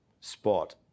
spot